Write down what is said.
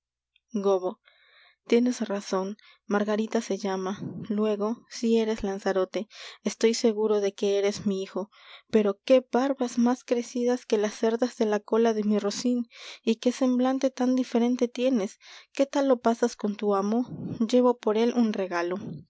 tienes razon margarita se llama luego si eres lanzarote estoy seguro de que eres mi hijo pero qué barbas más crecidas que las cerdas de la cola de mi rocin y qué semblante tan diferente tienes qué tal lo pasas con tu amo llevo por él un regalo